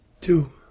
Two